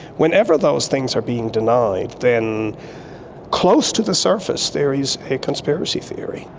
whenever those things are being denied, then close to the surface there is a conspiracy theory.